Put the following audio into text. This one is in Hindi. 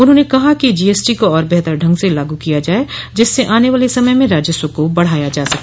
उन्होंने कहा कि जीएसटी को और बेहतर ढंग से लागू किया जाये जिससे आने वाले समय में राजस्व को बढ़ाया जा सके